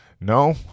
No